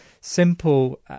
simple